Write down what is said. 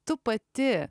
tu pati